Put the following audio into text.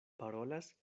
parolas